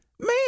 Man